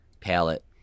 palette